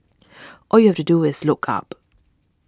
all you have to do is look up